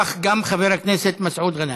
וכך גם חבר הכנסת מסעוד גנאים.